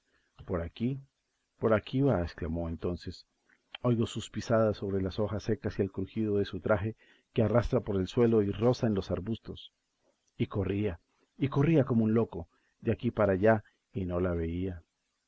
por aquí por aquí va exclamó entonces oigo sus pisadas sobre las hojas secas y el crujido de su traje que arrastra por el suelo y roza en los arbustos y corría y corría como un loco de aquí para allá y no la veía